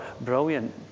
brilliant